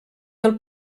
del